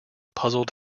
puzzled